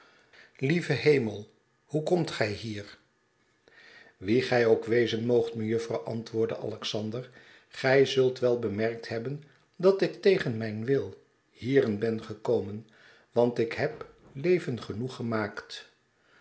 lieve hemel hoe komt gij hier wie gij ook wezen moogt mejuffer antwoordde alexander gij zult wel bemerkt hebben dat ik tegen mijn wil hierin ben gekomen want ik heb leven genoeg gemaakt